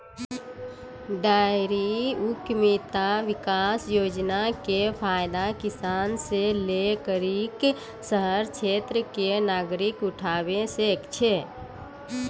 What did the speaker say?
dairy उद्यमिता विकास योजना के फायदा किसान से लै करि क शहरी क्षेत्र के नागरिकें उठावै सकै छै